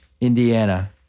Indiana